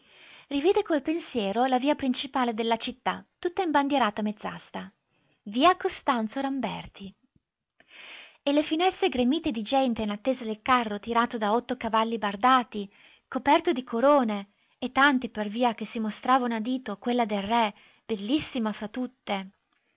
rivide col pensiero la via principale della città tutta imbandierata a mezz'asta via costanzo rambertl e le finestre gremite di gente in attesa del carro tirato da otto cavalli bardati coperto di corone e tanti per via che si mostravano a dito quella del re bellissima fra tutte